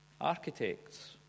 architects